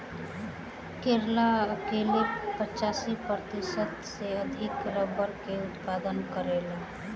केरल अकेले पचासी प्रतिशत से अधिक रबड़ के उत्पादन करेला